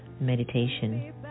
meditation